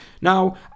now